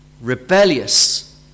rebellious